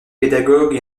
pédagogue